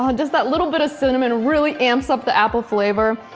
um just that little bit of cinnamon really amps up the apple flavor.